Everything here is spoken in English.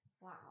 wow